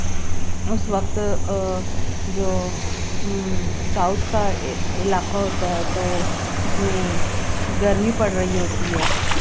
اس وقت جو ساؤتھ کا علاقہ ہوتا ہے تو اس میں گرمی پڑ رہی ہوتی ہے